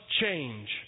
change